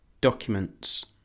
Documents